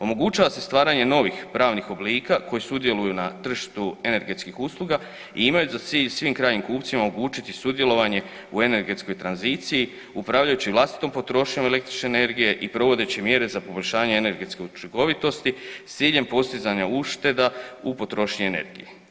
Omogućava se stvaranje novih pravnih oblika koji sudjeluju na tržištu energetskih usluga i imaju za cilj svim krajnjim kupcima omogućiti sudjelovanje u energetskoj tranziciji upravljajući vlastitom potrošnjom električne energije i provodeći mjere za poboljšanje energetske učinkovitosti s ciljem postizanja ušteda u potrošnji energije.